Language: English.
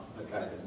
Okay